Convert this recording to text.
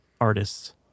artists